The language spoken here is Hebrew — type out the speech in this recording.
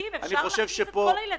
אפשר להכניס את כל הילדים.